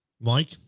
Mike